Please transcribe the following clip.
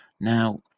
Now